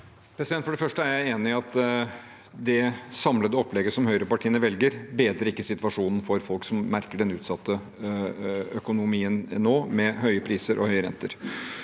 For det første er jeg enig i at det samlede opplegget som høyrepartiene velger, ikke bedrer situasjonen for folk som merker den utsatte økonomien nå, med høye priser og høye renter.